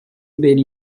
beni